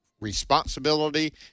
responsibility